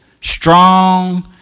strong